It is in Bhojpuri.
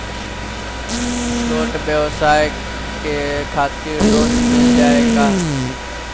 छोट ब्योसाय के खातिर ऋण मिल जाए का?